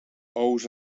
ous